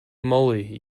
moly